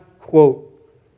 quote